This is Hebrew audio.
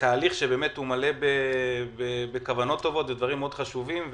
תהליך שמלא בכוונות טובות ודברים חשובים מאוד,